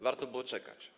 Warto było czekać.